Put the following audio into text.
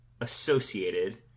associated